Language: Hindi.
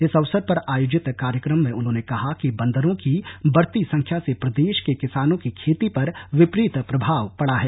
इस अवसर पर आयोजित कार्यक्रम में उन्होंने कहा कि बन्दरों की बढती संख्या से प्रदेश के किसानों की खेती पर विपरीत प्रभाव पड़ा है